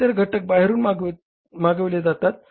इतर घटक बाहेरून मागविले जातात